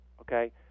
okay